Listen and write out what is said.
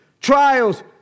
trials